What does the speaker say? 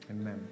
Amen